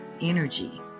energy